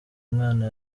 mwana